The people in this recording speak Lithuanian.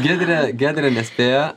giedrė giedrė nespėja